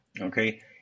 Okay